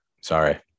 Sorry